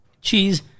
cheese